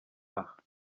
aha